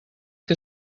que